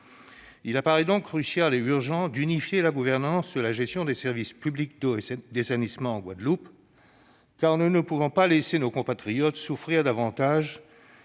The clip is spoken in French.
Il apparaît donc crucial et urgent d'unifier la gouvernance de la gestion des services publics d'eau et d'assainissement en Guadeloupe, car nous ne pouvons pas laisser nos compatriotes souffrir davantage